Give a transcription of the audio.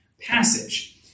passage